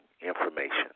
information